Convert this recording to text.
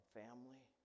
family